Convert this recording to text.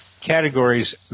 categories